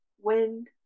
wind